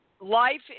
life